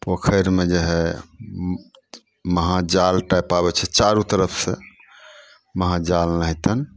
पोखरिमे जे हइ महाजाल टाइप आबै छै चारू तरफसँ महाजाल नहितन